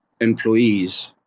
employees